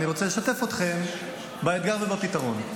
אני רוצה לשתף אתכם באתגר ובפתרון.